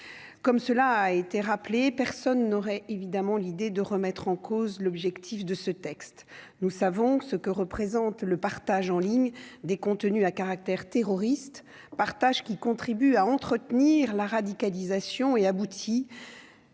comme cela a été rappelé, personne n'aurait évidemment l'idée de remettre en cause l'objectif de ce texte, nous savons ce que représente le partage en ligne des contenus à caractère terroriste partage qui contribue à entretenir la radicalisation et abouti.